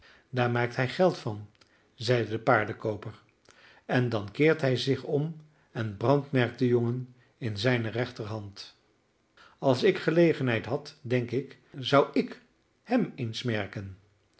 daar maakt hij geld van zeide de paardenkooper en dan keert hij zich om en brandmerkt den jongen in zijne rechterhand als ik gelegenheid had denk ik zou ik hem